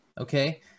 Okay